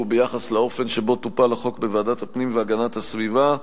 ביחס לאופן שבו טופל החוק בוועדת הפנים והגנת הסביבה,